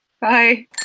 Bye